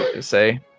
say